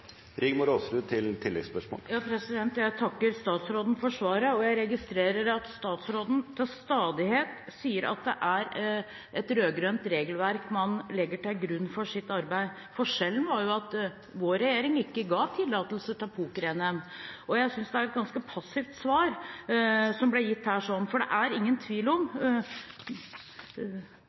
Jeg takker statsråden for svaret. Jeg registrerer at statsråden til stadighet sier at det er et rød-grønt regelverk man legger til grunn for sitt arbeid. Forskjellen er jo at vår regjering ikke ga tillatelse til poker-NM. Jeg synes det var et ganske passivt svar som ble gitt her. Operatøren er intervjuet i Norge og sier at et av formålene deres med å gå inn i dette markedet er